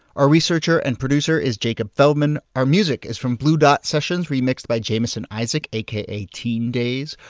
our researcher and producer is jacob feldman. our music is from blue dot sessions remixed by jamison isaak, aka teen daze.